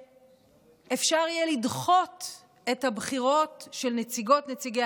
שאפשר יהיה לדחות את הבחירות של נציגות ונציגי